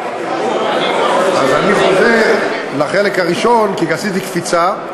אז אני חוזר לחלק הראשון כי עשיתי קפיצה.